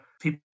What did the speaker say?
people